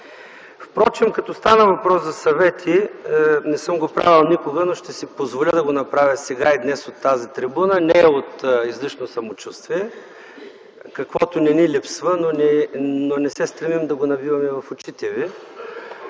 Впрочем като стана въпрос за съвети, не съм го правил никога, но ще си позволя да го направя сега, днес от тази трибуна – не от излишно самочувствие, каквото не ни липсва, но не се стремим да го набиваме в очите Ви